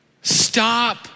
stop